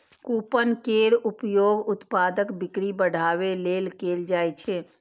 coupon केर उपयोग उत्पादक बिक्री बढ़ाबै लेल कैल जाइ छै